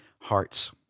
hearts